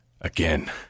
again